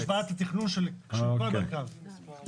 של כל המרכז.